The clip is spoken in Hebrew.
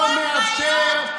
לא מאפשר,